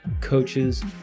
coaches